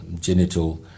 genital